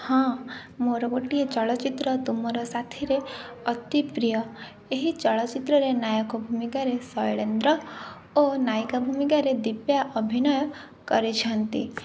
ହଁ ମୋର ଗୋଟିଏ ଚଳଚ୍ଚିତ୍ର ତୁ ମୋର ସାଥିରେ ଅତିପ୍ରିୟ ଏହି ଚ୍ଚଳଚିତ୍ର ନାୟକ ଭୂମିକାରେ ଶୈଳେନ୍ଦ୍ର ଓ ନାୟିକା ଭୂମିକାରେ ଦୀପା ଅଭିନୟ କରିଛନ୍ତି